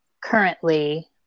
currently